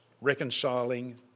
reconciling